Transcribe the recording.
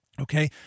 Okay